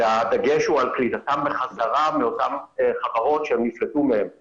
זה ממש לא משק החשמל שלנו.